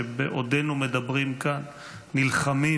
שבעודנו מדברים כאן הם נלחמים,